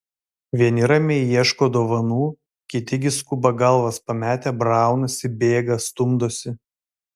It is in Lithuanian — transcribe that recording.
vieni ramiai ieško dovanų kiti gi skuba galvas pametę braunasi bėga stumdosi